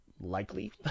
Likely